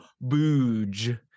booge